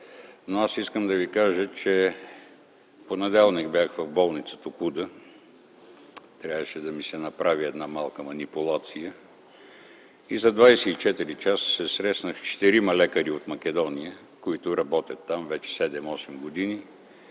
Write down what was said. Искам да ви кажа, че в понеделник бях в болница „Токуда”. Трябваше да ми се направи една малка манипулация. За 24 часа се срещнах с четирима лекари от Македония, които работят там вече 7 8 години.